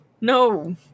no